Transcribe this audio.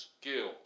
skill